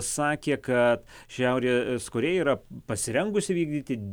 sakė kad šiaurės korėja yra pasirengusi vykdyti